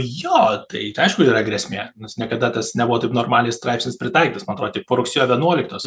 jo tai aišku yra grėsmė nes niekada tas nebuvo taip normaliai straipsnis pritaikytas man atrodo tik po rugsėjo vienuoliktos